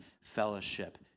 fellowship